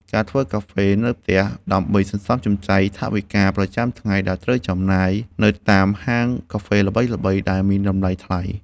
ការធ្វើកាហ្វេនៅផ្ទះដើម្បីសន្សំសំចៃថវិកាប្រចាំថ្ងៃដែលត្រូវចំណាយនៅតាមហាងកាហ្វេល្បីៗដែលមានតម្លៃថ្លៃ។